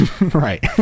right